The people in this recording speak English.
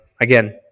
again